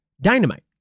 dynamite